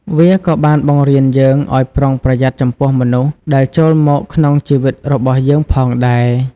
វាក៏បានបង្រៀនយើងឱ្យប្រុងប្រយ័ត្នចំពោះមនុស្សដែលចូលមកក្នុងជីវិតរបស់យើងផងដែរ។